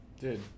dude